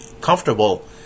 comfortable